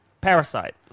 Parasite